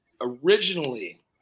originally